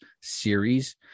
series